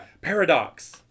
Paradox